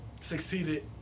succeeded